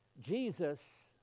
Jesus